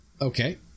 Okay